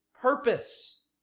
purpose